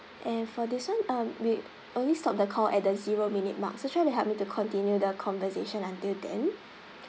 and for this [one] um we only stop the call at the zero minute mark so try to help me to continue the conversation until then